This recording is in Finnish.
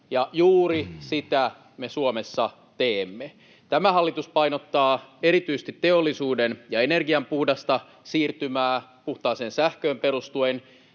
ja juuri sitä me Suomessa teemme. Tämä hallitus painottaa erityisesti teollisuuden ja energian puhdasta siirtymää puhtaaseen sähköön perustuen.